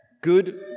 good